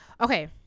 Okay